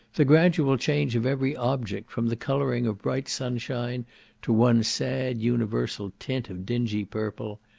the gradual change of every object from the colouring of bright sunshine to one sad universal tint of dingy purple,